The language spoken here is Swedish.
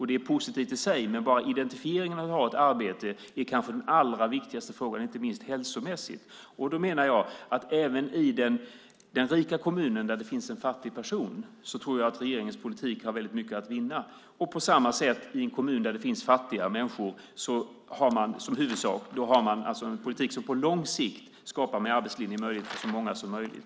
Det är positivt i sig, men identifieringen i att ha ett arbete är kanske den allra viktigaste frågan, inte minst hälsomässigt. Även i den rika kommunen där det finns en fattig person tror jag att regeringens politik har väldigt mycket att ge. I en kommun där det finns fattiga människor för man en politik med arbetslinjen som på lång sikt skapar möjligheter för så många som möjligt.